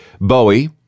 Bowie